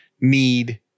need